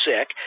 sick